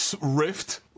rift